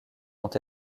ont